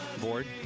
board